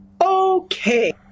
Okay